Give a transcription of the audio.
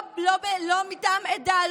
לא מטעם עדה,